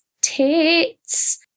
tits